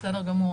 בסדר גמור.